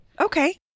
Okay